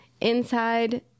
inside